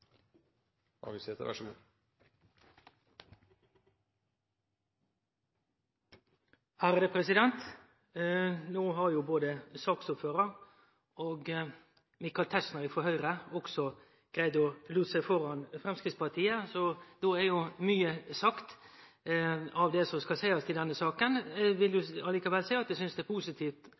føre Framstegspartiet, så då er jo mykje sagt av det som skal seiast i denne saka. Eg vil likevel seie at eg synest det er positivt